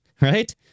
Right